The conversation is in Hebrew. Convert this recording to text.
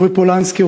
יורי פולנסקי,